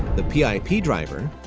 the pipdriver,